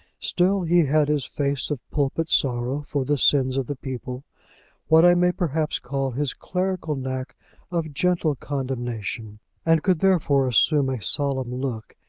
still he had his face of pulpit sorrow for the sins of the people what i may perhaps call his clerical knack of gentle condemnation and could therefore assume a solemn look,